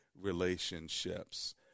relationships